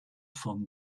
vom